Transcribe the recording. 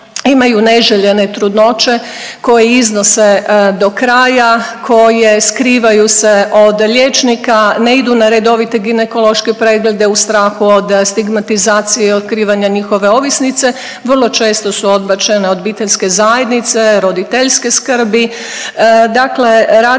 imaju neželjene trudnoće koje iznose do kraja, koje skrivaju se od liječnika, ne idu na redovite ginekološke preglede u strahu od stigmatizacije i otkrivanja njihove ovisnice vrlo često su odbačene od obiteljske zajednice, roditeljske skrbi.